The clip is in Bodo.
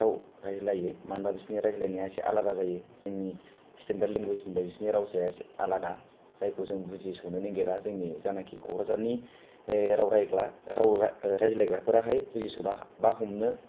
राव रायज्लायो मानोना बिसिनि रायज्लायनाया एसे आलादा जायो जोंनि स्तेनदार लेंगुइसनिफ्राय बिसिनि रावसाया एसे आलादा जायखौ जों बुजिसनो नागिरा जोंनि जानाखि क'क्राझारनि राव रायग्ला राव रा रायज्लायग्राफोराहाय बुजिस'नो बा हमनो